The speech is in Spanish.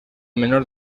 menor